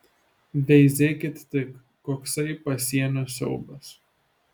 veizėkit tik koksai pasienio siaubas